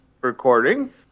recording